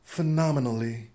Phenomenally